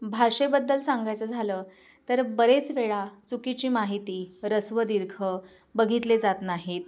भाषेबद्दल सांगायचं झालं तर बरेच वेळा चुकीची माहिती ऱ्हस्व दीर्घ बघितले जात नाहीत